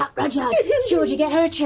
ah rudyard georgie, get her a chair.